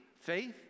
faith